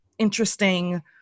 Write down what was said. interesting